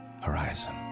horizon